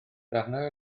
darnau